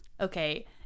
Okay